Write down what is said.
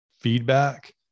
feedback